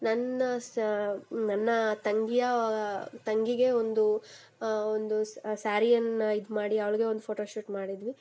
ನನ್ನ ಸ ನನ್ನ ತಂಗಿಯ ತಂಗಿಗೆ ಒಂದು ಒಂದು ಸ್ಯಾರಿಯನ್ನು ಇದುಮಾಡಿ ಅವಳಿಗೆ ಒಂದು ಫೋಟೋ ಶೂಟ್ ಮಾಡಿದ್ವಿ